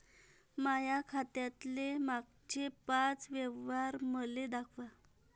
माया खात्यातले मागचे पाच व्यवहार मले दाखवा